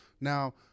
Now